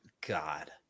God